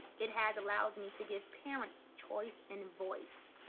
it has allowed me to give parents choice and voice.